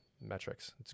metrics